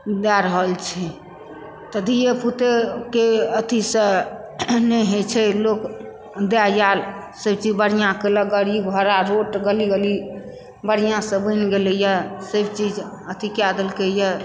दय रहल छै तऽ धिये पुत्ते के अथिसँ ने होइ छै लोक दै आयल सभ चीज बढ़िऑं केलक गरीब घोड़ा रोड गली गली बढ़िऑंसँ बनि गेलै यऽ सभ चीज अथि कय दलकै यऽ